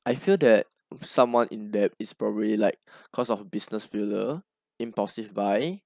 I feel that someone in debt is probably like cause of business failure impulsive buying